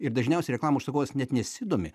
ir dažniausiai reklamų užsakovas net nesidomi